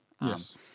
Yes